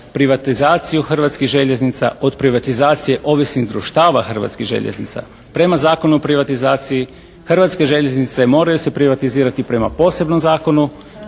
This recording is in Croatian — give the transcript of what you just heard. privatizaciju Hrvatskih željeznica od privatizacije ovisnih društava Hrvatskih željeznica. Prema Zakonu o privatizaciji Hrvatske željeznice moraju se privatizirati prema posebnom zakonu,